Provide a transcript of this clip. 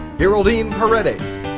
yeraldine paredes,